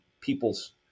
people's